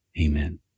Amen